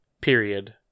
period